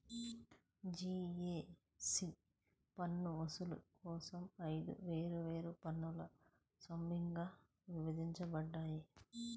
GST పన్ను వసూలు కోసం ఐదు వేర్వేరు పన్ను స్లాబ్లుగా విభజించబడ్డాయి